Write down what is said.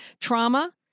trauma